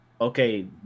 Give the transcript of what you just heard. okay